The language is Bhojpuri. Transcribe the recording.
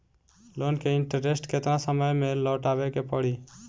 लोन के इंटरेस्ट केतना समय में लौटावे के पड़ी?